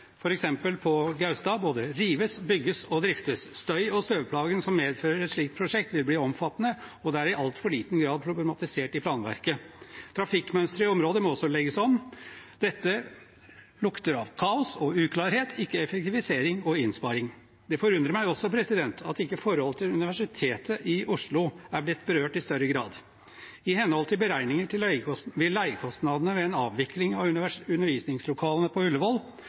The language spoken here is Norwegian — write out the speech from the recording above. på Gaustad både rives, bygges og driftes. Støy- og støvplagene som et slikt prosjekt medfører, vil bli omfattende, og det er i altfor liten grad problematisert i planverket. Trafikkmønsteret i området må også legges om. Dette lukter av kaos og uklarhet, ikke effektivisering og innsparing. Det forundrer meg også at forholdet til Universitetet i Oslo ikke er blitt berørt i større grad. I henhold til beregninger vil leiekostnadene ved en avvikling av undervisningslokalene på